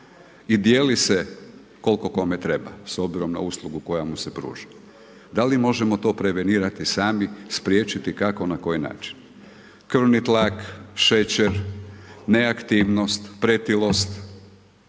i dijeli se koliko kome treba s obzirom na uslugu koja mu se pruža. Da li možemo to prevenirati sami, spriječiti kako na koji način? Krvni tlak, šećer, neaktivnost, pretilost,